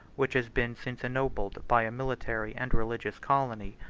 which has been since ennobled by a military and religious colony,